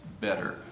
better